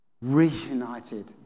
reunited